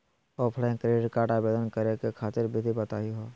Offline credit card आवेदन करे खातिर विधि बताही हो?